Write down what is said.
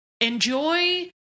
enjoy